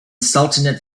sultanate